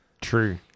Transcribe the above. True